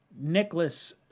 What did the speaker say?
Nicholas